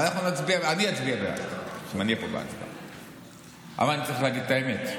אני אצביע בעד, אבל אני צריך להגיד את האמת,